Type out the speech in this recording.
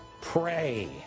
pray